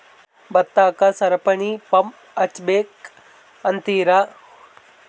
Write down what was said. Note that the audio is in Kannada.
ಭತ್ತಕ್ಕ ಸರಪಣಿ ಪಂಪ್ ಹಚ್ಚಬೇಕ್ ಅಂತಿರಾ?